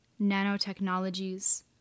nanotechnologies